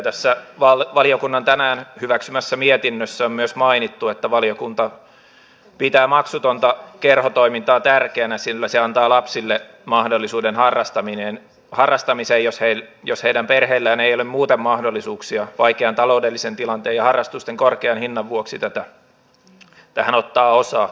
tässä valiokunnan tänään hyväksymässä mietinnössä on myös mainittu että valiokunta pitää maksutonta kerhotoimintaa tärkeänä sillä se antaa lapsille mahdollisuuden harrastamiseen jos heidän perheillään ei ole muuten mahdollisuuksia vaikean taloudellisen tilanteen ja harrastusten korkean hinnan vuoksi tähän ottaa osaa